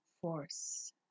force